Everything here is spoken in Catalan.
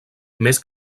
més